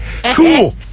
Cool